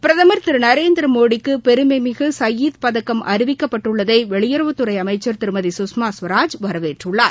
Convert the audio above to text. பிரதமர் திருநரேந்திரமோடிக்குபெருமைமிகுசையீத் பதக்கம் அறிவிக்கப்பட்டுள்ளதைவெளியுறவுத்துறைஅமைச்சர் திருமதி குஷ்மா ஸ்வராஜ் வரவேற்றள்ளார்